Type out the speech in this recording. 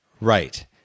right